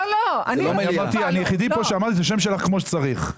אני היחידי כאן שאמר את השם שלך כמו שצריך.